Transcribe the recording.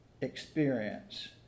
experience